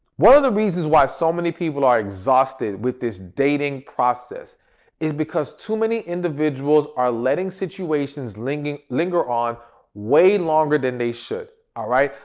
one of the reasons why so many people are exhausted with this dating process is because too many individuals are letting situations linger linger on way longer than they should, all ah right.